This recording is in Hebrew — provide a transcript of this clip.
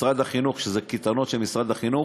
משרד החינוך, כשאלו קייטנות של המשרד החינוך,